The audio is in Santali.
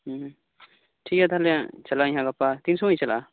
ᱴᱷᱤᱠ ᱜᱮᱭᱟ ᱛᱟᱦᱚᱞᱮ ᱪᱟᱞᱟᱜ ᱟᱹᱧ ᱦᱟᱜ ᱜᱟᱯᱟ ᱛᱤᱱ ᱥᱳᱢᱚᱭ ᱤᱧ ᱪᱟᱞᱟᱜᱼᱟ